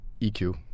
EQ